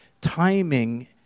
timing